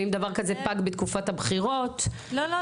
ואם דבר כזה פג בתקופת הבחירות -- לא,